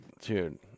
Dude